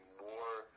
more